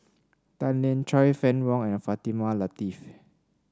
Tan Lian Chye Fann Wong and Fatimah Lateef